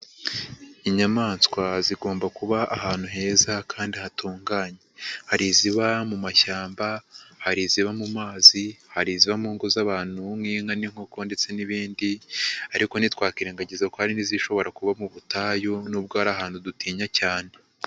Inyamaswa zigomba kuba ahantu heza kandi hatunganye, hari iziba mu mashyamba, hari iziba mu mazi, hari iziba mu ngo z'abantu nk'inka n'inkoko ndetse n'ibindi ariko ntitwakwirengagiza ko hari n'izishobora kuba mu butayu nubwo ari ahantu dutinya cyane.